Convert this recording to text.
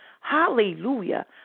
Hallelujah